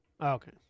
Okay